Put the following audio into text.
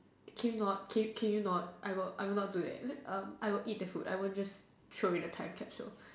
can you not can can you not I will I will not do that I would eat the food I won't just throw away the time capsule